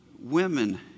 women